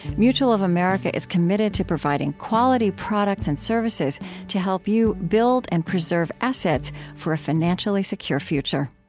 mutual of america is committed to providing quality products and services to help you build and preserve assets for a financially secure future